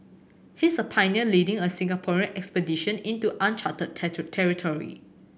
he's a pioneer leading a Singaporean expedition into uncharted territory